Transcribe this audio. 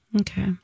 Okay